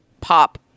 pop